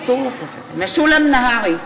אינו נוכח משולם נהרי,